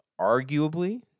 arguably